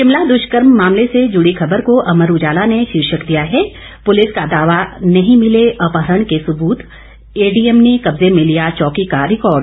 शिमला दुष्कर्म मामले से जुड़ी खबर को अमर उजाला ने शीर्षक दिया है पुलिस का दावा नहीं मिले अपहरण के सुबूत एडीएम ने कब्जे में लिया चौकी का रिकार्ड